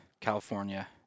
California –